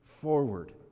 forward